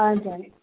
हजुर